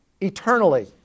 eternally